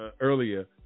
Earlier